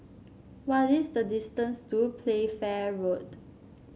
what is the distance to Playfair Road